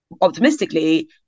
optimistically